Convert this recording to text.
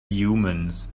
humans